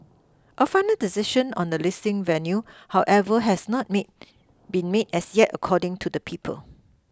a final decision on the listing venue however has not made been made as yet according to the people